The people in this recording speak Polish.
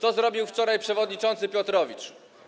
Co zrobił wczoraj przewodniczący Piotrowicz?